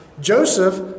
Joseph